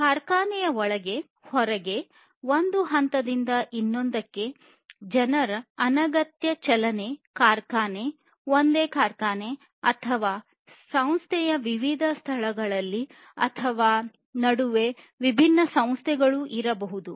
ಕಾರ್ಖಾನೆಯ ಒಳಗೆ ಹೊರಗೆ ಒಂದು ಹಂತದಿಂದ ಇನ್ನೊಂದಕ್ಕೆ ಜನರ ಅನಗತ್ಯ ಚಲನೆ ಮಾಡುವುದು ಒಂದೇ ಕಾರ್ಖಾನೆ ಅಥವಾ ಸಂಸ್ಥೆಯ ವಿವಿಧ ಸ್ಥಳಗಳಲ್ಲಿ ಅಥವಾ ನಡುವೆ ವಿಭಿನ್ನ ಸಂಸ್ಥೆಗಳು ಇರಬಹುದು